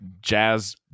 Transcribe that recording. jazz